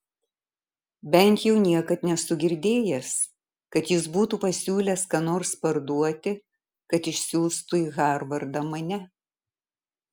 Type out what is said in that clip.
bent jau niekad nesu girdėjęs kad jis būtų pasiūlęs ką nors parduoti kad išsiųstų į harvardą mane